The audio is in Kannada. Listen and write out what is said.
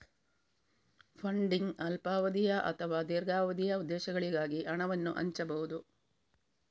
ಫಂಡಿಂಗ್ ಅಲ್ಪಾವಧಿಯ ಅಥವಾ ದೀರ್ಘಾವಧಿಯ ಉದ್ದೇಶಗಳಿಗಾಗಿ ಹಣವನ್ನು ಹಂಚಬಹುದು